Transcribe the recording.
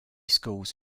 schools